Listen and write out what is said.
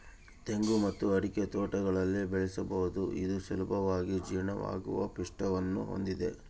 ತೆಂಗು ಮತ್ತು ಅಡಿಕೆ ತೋಟಗಳಲ್ಲಿ ಬೆಳೆಸಬಹುದು ಇದು ಸುಲಭವಾಗಿ ಜೀರ್ಣವಾಗುವ ಪಿಷ್ಟವನ್ನು ಹೊಂದಿದೆ